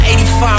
85